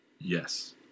Yes